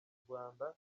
rwanda